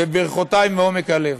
וברכותי מעומק הלב,